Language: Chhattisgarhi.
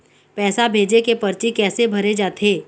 पैसा भेजे के परची कैसे भरे जाथे?